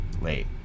late